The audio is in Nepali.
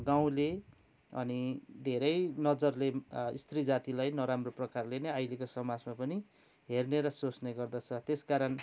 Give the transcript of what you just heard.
गाउँले अनि धेरै नजरले स्त्री जातिलाई नराम्रो प्रकारले नै अहिलेको समाजमा पनि हेर्ने र सोच्ने गर्दछ त्यस कारण